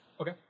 Okay